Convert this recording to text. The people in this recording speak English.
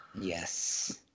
Yes